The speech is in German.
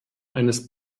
eines